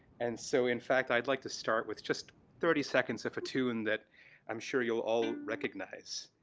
and so, in fact, i'd like to start with just thirty seconds of a tune that i'm sure you'll all recognize.